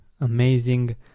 amazing